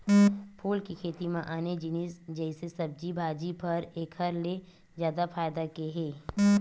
फूल के खेती म आने जिनिस जइसे सब्जी भाजी, फर एखर ले जादा फायदा के हे